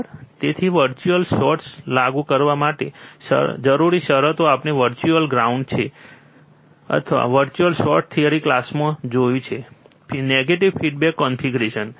તેથી virtual short લાગુ કરવા માટે જરૂરી શરત આપણે વર્ચ્યુઅલ ગ્રાઉન્ડ શું છે અથવા વર્ચ્યુઅલ શોર્ટ થિયરી ક્લાસમાં પણ જોયું છે નેગેટિવ ફિડબેક કન્ફિગરેશન